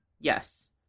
yes